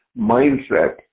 mindset